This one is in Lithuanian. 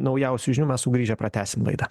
naujausių žinių mes sugrįžę pratęsim laidą